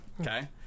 okay